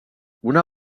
una